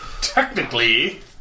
Technically